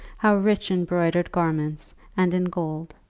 how rich in broidered garments and in gold,